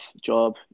job